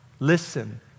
Listen